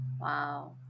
wow